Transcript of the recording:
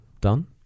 Done